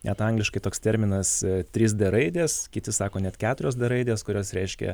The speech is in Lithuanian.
net angliškai toks terminas trys d raidės kiti sako net keturios d raidės kurios reiškia